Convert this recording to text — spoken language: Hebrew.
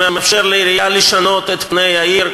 שמאפשר לעירייה לשנות את פני העיר.